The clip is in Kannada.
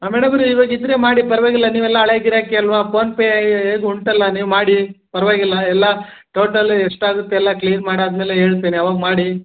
ಹಾಂ ಮೇಡಮವ್ರೇ ಇವಾಗ ಇದ್ದರೆ ಮಾಡಿ ಪರವಾಗಿಲ್ಲ ನೀವೆಲ್ಲ ಹಳೆ ಗಿರಾಕಿ ಅಲ್ವಾ ಪೋನ್ಪೇ ಹೇಗೂ ಉಂಟಲ್ಲ ನೀವು ಮಾಡಿ ಪರವಾಗಿಲ್ಲ ಎಲ್ಲ ಟೋಟಲ ಎಷ್ಟಾಗುತ್ತೆ ಎಲ್ಲ ಕ್ಲೀನ್ ಮಾಡಾದ ಮೇಲೆ ಹೇಳ್ತಿನಿ ಅವಾಗ ಮಾಡಿ